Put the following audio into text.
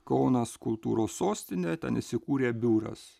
kaunas kultūros sostinė ten įsikūrė biuras